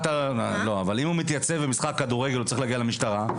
אם הוא מתייצב במשחק כדורגל והוא צריך להגיע למשטרה,